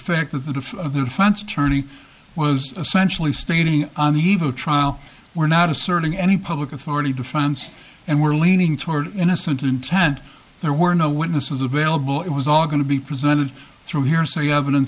fact that that of the france attorney was essentially stating on the eve of trial we're not asserting any public authority to france and were leaning toward innocently intent there were no witnesses available it was all going to be presented through here so you have